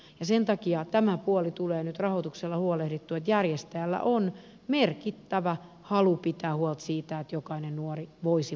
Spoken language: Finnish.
ja sen takia tämä puoli tulee nyt rahoituksella huolehdittua että järjestäjällä on merkittävä halu pitää huolta siitä että jokainen nuori voisi valmistua